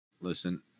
listen